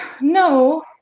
No